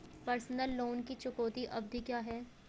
Personal loan की चुकौती अवधि क्या है?